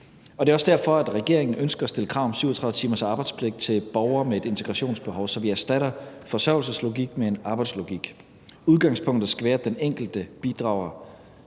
Det er også derfor, regeringen ønsker at stille krav om 37 timers arbejdspligt til borgere med et integrationsbehov, så vi erstatter forsørgelseslogikken med en arbejdslogik. Udgangspunktet skal være, at den enkelte bidrager